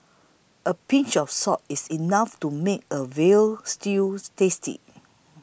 a pinch of salt is enough to make a Veal Stews tasty